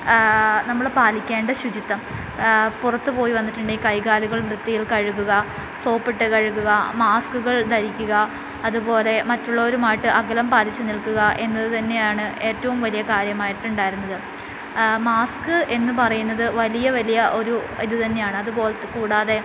നമ്മൾ പാലിക്കേണ്ട ശുചിത്വം പുറത്തുപോയി വന്നിട്ടുണ്ടെങ്കിൽ കൈകാലുകൾ വൃത്തിയിൽ കഴുകുക സോപ്പിട്ടു കഴുകുക മാസ്കുകൾ ധരിക്കുക അതുപോലെ മറ്റുള്ളവരുമായിട്ടു അകലം പാലിച്ചു നിൽക്കുക എന്നതു തന്നെയാണ് ഏറ്റവും വലിയ കാര്യമായിട്ട് ഉണ്ടായിരുന്നത് മാസ്ക് എന്നു പറയുന്നത് വലിയ വലിയ ഒരു ഇതു തന്നെയാണ് അതുപോലത്തെ കൂടാതെ